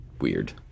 weird